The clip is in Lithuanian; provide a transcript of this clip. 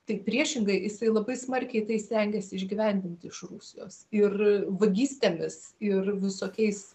tai priešingai jisai labai smarkiai tai stengėsi išgyvendinti iš rusijos ir vagystėmis ir visokiais